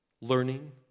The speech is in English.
learning